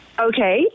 Okay